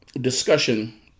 discussion